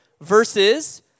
Versus